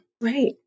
Right